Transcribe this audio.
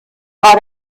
war